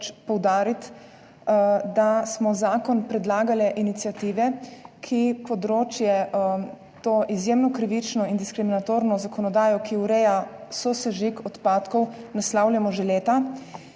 poudariti, da smo zakon predlagale iniciative, ki področje, to izjemno krivično in diskriminatorno zakonodajo, ki ureja sosežig odpadkov, naslavljamo že leta